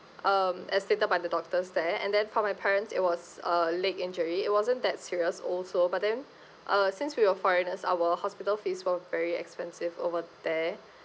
um as stated by the doctors there and then for my parents it was uh leg injury it wasn't that serious also but then uh since we were foreigners our hospital fees were very expensive over there